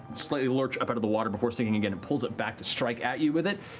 slightly lurch up out of the water before sinking again. it pulls it back to strike at you with it,